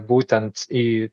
būtent į